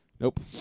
Nope